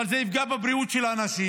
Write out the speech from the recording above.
אבל זה יפגע בבריאות האנשים,